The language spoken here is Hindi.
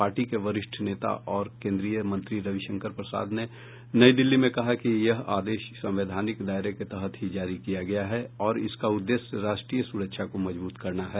पार्टी के वरिष्ठ नेता और केन्द्रीय मंत्री रविशंकर प्रसाद ने नई दिल्ली में कहा कि यह आदेश संवैधानिक दायरे के तहत ही जारी किया गया है और इसका उद्देश्य राष्ट्रीय सुरक्षा को मजबूत करना है